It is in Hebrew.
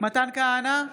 מתן כהנא,